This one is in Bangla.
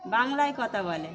বাংলায় কথা বলে